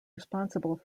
responsible